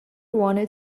wanted